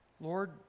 Lord